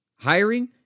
Hiring